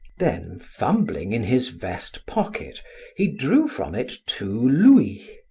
then, fumbling in his vest-pocket, he drew from it two louis,